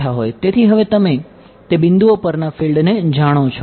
તેથી હવે તમે તે બિંદુઓ પરના ફિલ્ડને જાણો છો